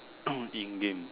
in game